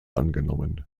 angenommen